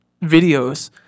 videos